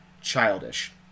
childish